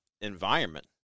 environment